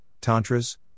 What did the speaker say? tantras